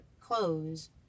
clothes